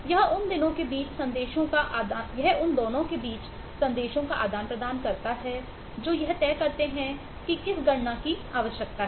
यह उन दोनों के बीच संदेशों का आदान प्रदान करता है जो यह तय करते हैं कि किस गणना की आवश्यकता है